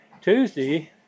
Tuesday